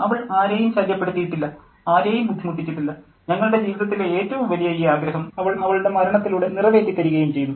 അവൾ ആരെയും ശല്യപ്പെടുത്തിയിട്ടില്ല ആരെയും ബുദ്ധിമുട്ടിച്ചിട്ടില്ല ഞങ്ങളുടെ ജീവിതത്തിലെ ഏറ്റവും വലിയ ഈ ആഗ്രഹം അവൾ അവളുടെ മരണത്തിലൂടെ നിറവേറ്റി തരികയും ചെയ്തു